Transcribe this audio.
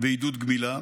ועידוד גמילה